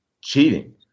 cheating